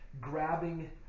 grabbing